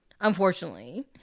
unfortunately